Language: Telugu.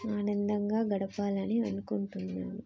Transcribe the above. ఆనందంగా గడపాలని అనుకుంటున్నాను